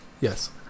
Yes